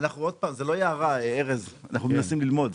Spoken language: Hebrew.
זאת לא הערה, אנחנו מנסים ללמוד.